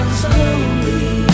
slowly